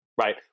Right